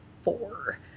four